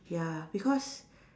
ya because